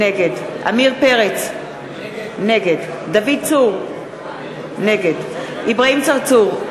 נגד עמיר פרץ, נגד דוד צור, נגד אברהים צרצור,